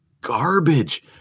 garbage